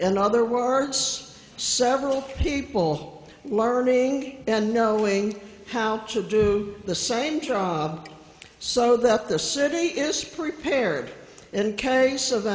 and other words several people learning and knowing how to do the same job so that the city is prepared in case of